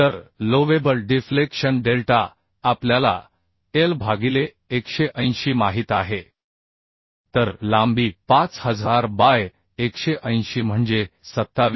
तर allowable deflection delta आपल्याला L भागिले 180 माहित आहे तर लांबी 5000 बाय 180 म्हणजे 27